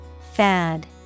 Fad